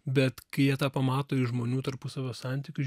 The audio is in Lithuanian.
bet kai jie tą pamato iš žmonių tarpusavio santykių